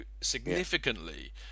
significantly